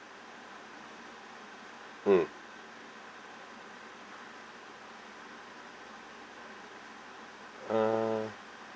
mm uh